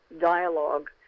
dialogue